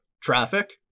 traffic